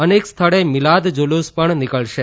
અનેક સ્થળે મીલાદ જુલુસ પણ નીકળશે